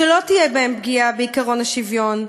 שלא תהיה בהם פגיעה בעקרון השוויון,